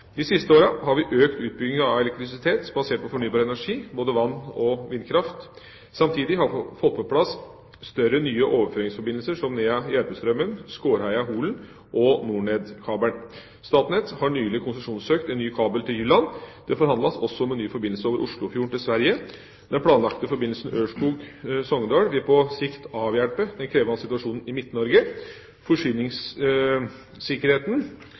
De siste årene har vi økt utbygginga av elektrisitet basert på fornybar energi, både vann- og vindkraft. Samtidig har vi fått på plass større nye overføringsforbindelser som Nea–Järpströmmen, Skåreheia–Holen og NorNed-kabelen. Statnett har nylig konsesjonssøkt en ny kabel til Jylland. Det forhandles også om en ny forbindelse over Oslofjorden til Sverige. Den planlagte forbindelsen Ørskog–Sogndal vil på sikt avhjelpe den krevende situasjonen i Midt-Norge. Forsyningssikkerheten